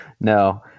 No